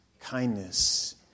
kindness